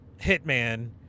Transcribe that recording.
hitman